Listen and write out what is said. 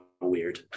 weird